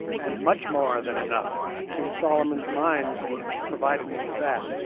and much more than enough king solomon's mines provided me with that